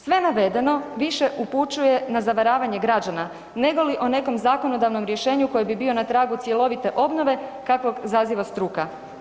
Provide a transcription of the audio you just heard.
Sve navedeno više upućuje na zavaravanje građana nego li o nekom zakonodavnom rješenju koje bi bilo na tragu cjelovite obnove kakovog zaziva struka.